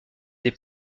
des